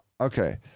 Okay